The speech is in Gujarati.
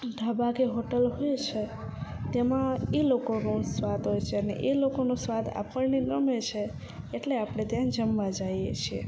ઢાબા કે હોટલ હોય છે તેમાં એ લોકોનો સ્વાદ હોય છે ને એ લોકોનો સ્વાદ આપણને ગમે છે એટલે આપણે ત્યાં જમવા જઈએ છીએ